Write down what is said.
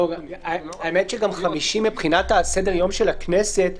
האמת שגם חמישי מבחינת סדר היום של הכנסת,